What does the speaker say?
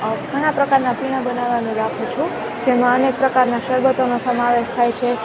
ઘણા પ્રકારના પીણાં બનાવાનું રાખું છું જેમાં અનેક પ્રકારના શરબતોનો સમાવેશ થાય છે